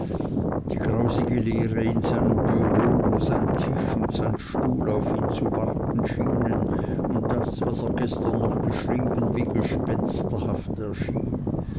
die grausige leere in seinem bureau wo sein tisch und sein stuhl auf ihn zu warten schienen und das was er gestern noch geschrieben wie gespensterhaft erschien